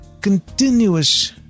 continuous